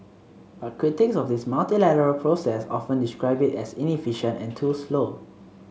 but critics of this multilateral process often describe it as inefficient and too slow